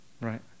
right